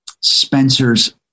Spencer's